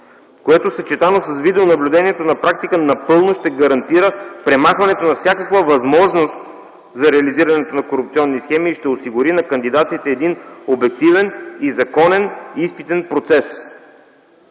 което, съчетано с видеонаблюдението, на практика напълно ще гарантира премахването на всякаква възможност за реализирането на корупционни схеми и ще осигури на кандидатите обективен и законен изпитен процес.